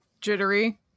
jittery